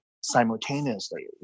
simultaneously